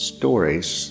stories